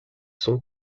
son